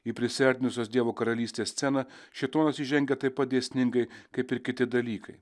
į prisiartinusios dievo karalystės sceną šėtonas įžengia taip pat dėsningai kaip ir kiti dalykai